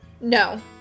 No